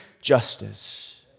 justice